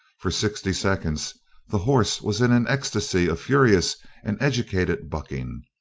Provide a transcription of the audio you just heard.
for sixty seconds the horse was in an ecstasy of furious and educated bucking,